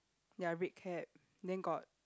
ya red cap then got